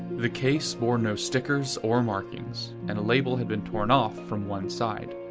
the case bore no stickers or markings, and a label had been torn off from one side.